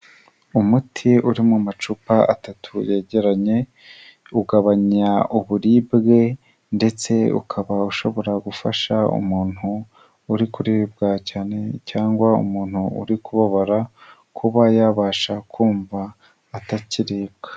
Umuti uri mu macupa atatu yegeranye ugabanya uburibwe ndetse ukaba ushobora gufasha umuntu uri kuribwa cyane cyangwa umuntu uri kubabara kuba yabasha kumva atakiribwa.